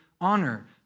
honor